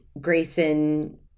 Grayson